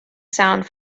sound